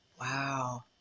Wow